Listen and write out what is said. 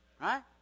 Right